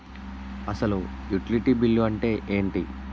అసలు utility bill అంతే ఎంటి?